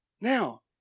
Now